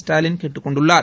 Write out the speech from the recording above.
ஸ்டாலின் கேட்டுக் கொண்டுள்ளார்